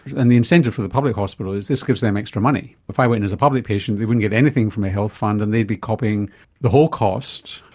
and the incentive for the public hospital is this gives them extra money. if i went as a public patient they wouldn't get anything from a health fund and they'd be copping the whole cost.